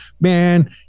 Man